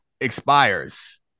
expires